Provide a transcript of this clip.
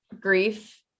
grief